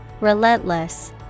Relentless